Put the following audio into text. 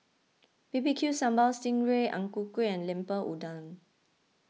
B B Q Sambal Sting Ray Ang Ku Kueh and Lemper Udang